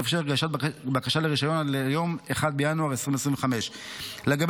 תתאפשר הגשת בקשה לרישיון עד ליום 1 בינואר 2025. לגבי